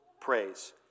praise